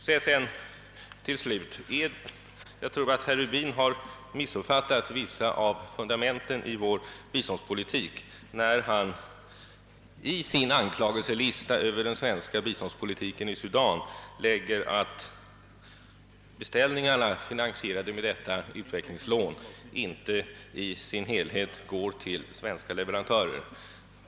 För det andra tror jag att herr Rubin har missuppfattat vissa av fundamenten i vår biståndspolitik, när han i sin anklagelselista över den svenska biståndspolitiken i Sudan tar upp förhållandet att beställningar, finansierade med detta utvecklingslån, inte i sin helhet går till svenska leverantörer.